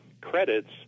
credits